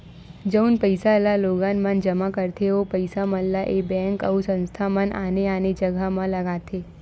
जउन पइसा ल लोगन मन जमा करथे ओ पइसा मन ल ऐ बेंक अउ संस्था मन आने आने जघा म लगाथे